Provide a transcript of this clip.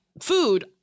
food